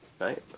right